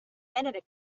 minute